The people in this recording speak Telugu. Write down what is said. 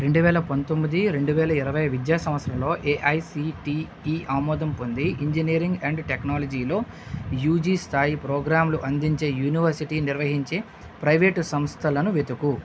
రెండు వేల పంతొమ్మిది రెండు వేల ఇరవై విద్యా సంవత్సరంలో ఏఐసిటిఇ ఆమోదం పొంది ఇంజనీరింగ్ అండ్ టెక్నాలజీలో యూజీ స్థాయి ప్రోగ్రాంలు అందించే యూనివర్సిటీ నిర్వహించే ప్రైవేట్ సంస్థలను వెతుకు